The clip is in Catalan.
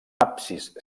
absis